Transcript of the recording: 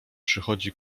przychodzi